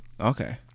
okay